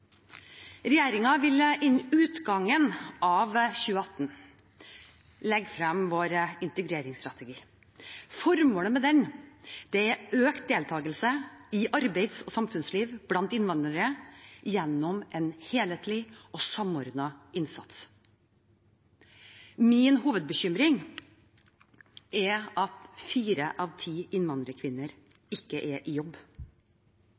vil innen utgangen av 2018 legge frem vår integreringsstrategi. Formålet med den er økt deltakelse i arbeids- og samfunnsliv blant innvandrere gjennom en helhetlig og samordnet innsats. Min hovedbekymring er at fire av ti innvandrerkvinner ikke er i jobb.